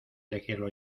elegirlo